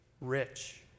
rich